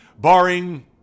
barring